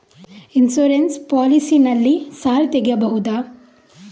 Insurance policy ನಲ್ಲಿ ಸಾಲ ತೆಗೆಯಬಹುದ?